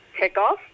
takeoff